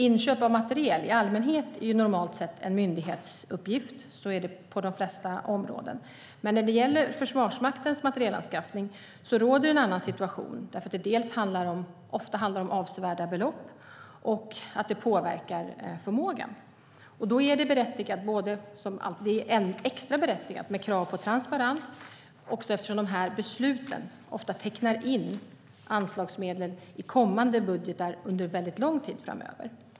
Inköp av materiel är i allmänhet en myndighetsuppgift - så är det på de flesta områden. Men när det gäller Försvarsmaktens materielanskaffning råder en annan situation. Det handlar ofta om avsevärda belopp, och det påverkar förmågan Då är det extra berättigat med krav på transparens, också eftersom besluten ofta tecknar in anslagsmedel i kommande budgetar under lång tid framöver.